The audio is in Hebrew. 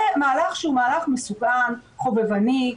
זה מהלך שהוא מהלך מסוכן, חובבני,